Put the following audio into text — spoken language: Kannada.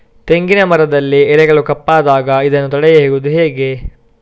ತೆಂಗಿನ ಮರದಲ್ಲಿ ಎಲೆಗಳು ಕಪ್ಪಾದಾಗ ಇದನ್ನು ಹೇಗೆ ತಡೆಯುವುದು?